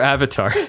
Avatar